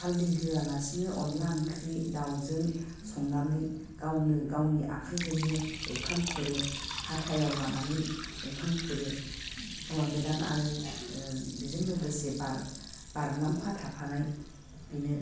हालदि होआलासिनो अनला ओंख्रि दाउजों संनानै गावनो गावनि आखाइजोंनो ओंखाम खुरो हाथायाव लानानै ओंखाम खुरो हौवा गोदान आरो बिजों लोगोसे बार'लांफा थाफानाय बिनो